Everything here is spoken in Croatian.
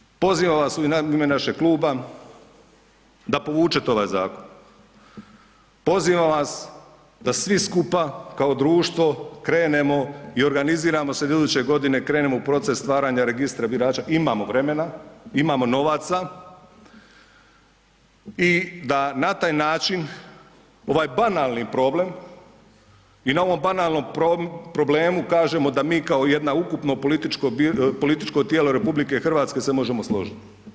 Molim vas, pozivam vas u ime našeg kluba da povučete ovaj zakon, pozivam vas da svi skupa kao društvo krenemo i organiziramo se da iduće godine krenemo u proces stvaranja registra birača, imamo vremena, imamo novaca i da na taj način ovaj banalni problem i na ovom banalnom problemu kažemo da mi kao jedna ukupno političko, političko tijelo RH se možemo složit.